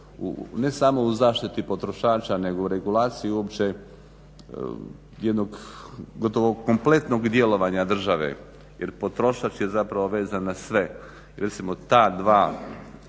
ne samo u zaštiti potrošača nego u regulaciji uopće jednog gotovo kompletnog djelovanja države jer potrošač je zapravo vezan na sve.